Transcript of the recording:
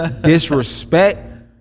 disrespect